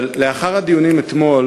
לאחר הדיונים אתמול